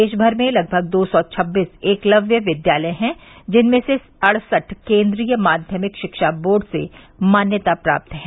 देश भर में लगभग दो सौ छबीस एकलव्य विद्यालय हैं जिनमें से अड्सठ केन्द्रीय माध्यमिक शिक्षा बोर्ड से मान्यता प्राप्त हैं